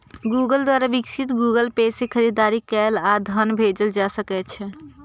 Google द्वारा विकसित Google Pay सं खरीदारी कैल आ धन भेजल जा सकै छै